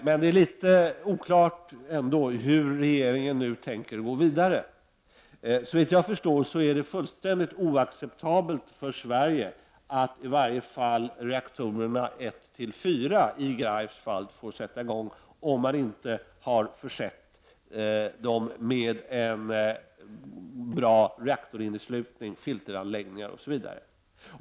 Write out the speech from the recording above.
Men det är ändå litet oklart hur regeringen nu tänker gå vidare. Såvitt jag förstår så är det fullständigt oacceptabelt för Sverige att reaktorerna 1-4 i Greifswald får sättas igång om man inte förser dem med en bra reaktorinneslutning, filteranläggningar osv.